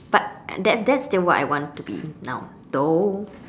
but that's that's still what I want to be now though